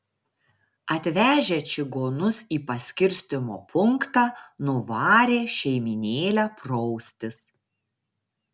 atvežę čigonus į paskirstymo punktą nuvarė šeimynėlę praustis